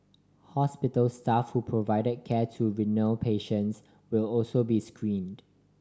hospital staff who provided care to renal patients will also be screened